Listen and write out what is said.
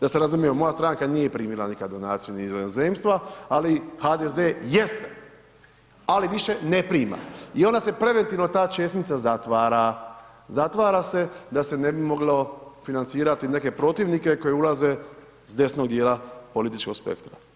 Da se razumijemo, moja stranka nije primila nikad donacije ni iz inozemstva, ali HDZ jeste, ali više ne prima, i ona se, preventivno ta česmica, zatvara, zatvara se da se ne bi moglo financirati neke protivnike koji ulaze s desnog dijela političkog spektra.